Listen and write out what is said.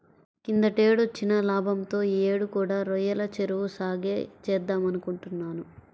కిందటేడొచ్చిన లాభంతో యీ యేడు కూడా రొయ్యల చెరువు సాగే చేద్దామనుకుంటున్నా